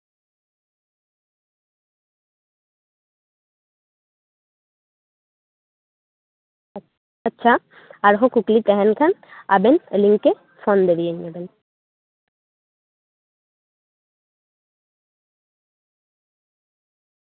ᱟᱪᱪᱷᱟ ᱟᱨᱦᱚᱸ ᱠᱩᱠᱞᱤ ᱛᱟᱦᱮᱱ ᱠᱷᱟᱱ ᱟᱵᱮᱱ ᱟᱹᱞᱤᱧ ᱵᱮᱱ ᱯᱷᱳᱱ ᱫᱟᱲᱮᱭᱟᱞᱤᱧᱟᱵᱮᱱ